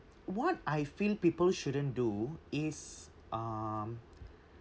what I feel people shouldn't do is um